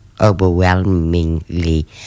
overwhelmingly